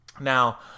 now